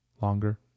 longer